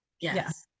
Yes